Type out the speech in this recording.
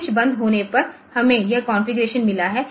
तो स्विच बंद होने पर हमें यह कॉन्फ़िगरेशन मिला है